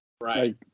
right